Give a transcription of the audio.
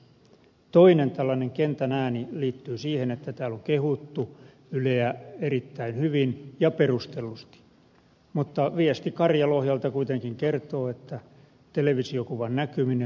toinen tällainen kentän ääni liittyy siihen että täällä on kehuttu yleä erittäin hyvin ja perustellusti mutta viesti karjalohjalta kuitenkin kertoo että televisiokuvan näkyminen riippuu säätilasta